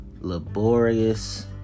laborious